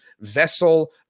vessel